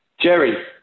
Jerry